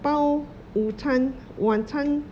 包午餐晚餐